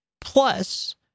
Plus